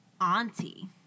Auntie